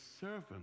servant